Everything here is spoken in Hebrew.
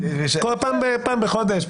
פעם בחודש,